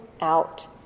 out